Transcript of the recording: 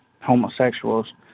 homosexuals